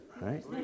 right